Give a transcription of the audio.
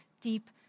deep